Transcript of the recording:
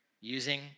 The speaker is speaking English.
using